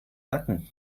nacken